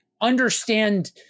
understand